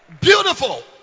beautiful